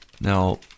Now